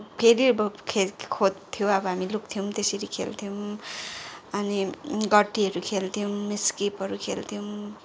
फेरि अब खोज्थ्यो अब हामी लुक्थ्यौँ अब त्यसरी खेल्थ्यौँ अनि गड्डीहरू खेल्थ्यौँ स्किपहरू खोल्थ्यौँ